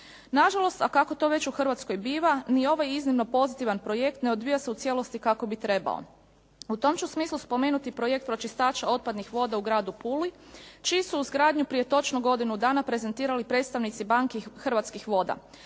Nažalost a kako to već u Hrvatskoj biva ni ovaj iznimno pozitivan projekt ne odvija se u cijelosti kako bi trebao. U tom ću smislu spomenuti projekt pročistača otpadnih voda u gradu Puli čiju su izgradnju prije točno godinu dana prezentirali predstavnici banki i Hrvatskih voda.